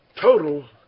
total